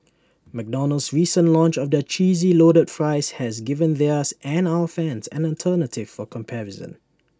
McDonald's recent launch of their cheesy loaded fries has given theirs and our fans an alternative for comparison